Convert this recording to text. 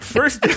First